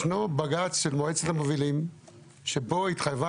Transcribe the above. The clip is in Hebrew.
ישנו בג"ץ של מועצת המובילים שבו התחייבה